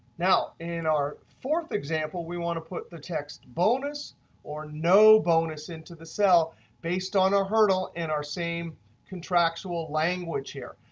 now, in our fourth example. we want to put the text bonus or no bonus into the cell based on a hurdle in our same contractual language here.